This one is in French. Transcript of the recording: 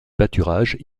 pâturages